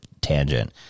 tangent